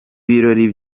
birori